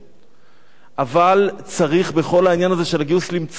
אבל צריך בכל העניין הזה של הגיוס למצוא כל מיני דרכים.